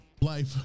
life